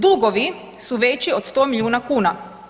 Dugovi su veći od 100 milijuna kuna.